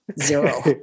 zero